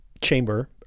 chamber